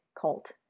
cult